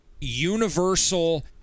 Universal